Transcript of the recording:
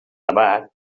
tabac